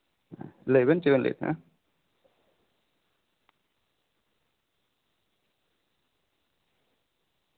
ᱞᱟᱹᱭᱵᱮᱱ ᱪᱮᱫ ᱵᱮᱱ ᱞᱟᱹᱭᱮᱫ ᱛᱟᱦᱮᱸᱱᱟ